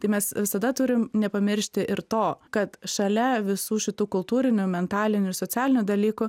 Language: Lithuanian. tai mes visada turime nepamiršti ir to kad šalia visų šitų kultūrinių mentalinių ir socialinių dalykų